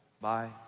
Bye